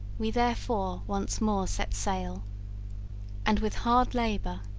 we therefore once more set sail and, with hard labour,